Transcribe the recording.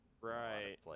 Right